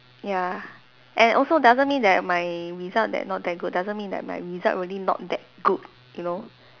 ya and also doesn't mean that my result that not that good doesn't mean that my result really not that good you know